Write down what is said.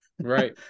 Right